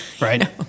right